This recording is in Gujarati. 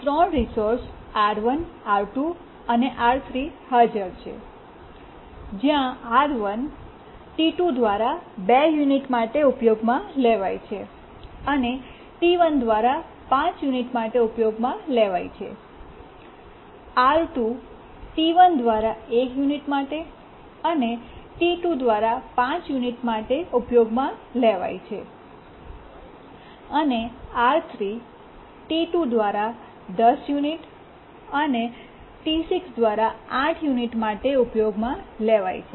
3 રિસોર્સ R1 R2 અને R3 હાજર છે જ્યાં R1 T2 દ્વારા 2 યુનિટ માટે ઉપયોગમાં લેવાય છે અને T1 દ્વારા 5 યુનિટ માટે ઉપયોગમાં લેવાય છે R2 T1 દ્વારા 1 યુનિટ માટે અને 5 યુનિટ T2 દ્વારા ઉપયોગમાં લેવાય છે અને R3 T2 દ્વારા 10 યુનિટ અને 8 યુનિટ T6 દ્વારા ઉપયોગમાં લેવાય છે